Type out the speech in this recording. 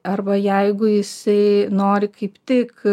arba jeigu jisai nori kaip tik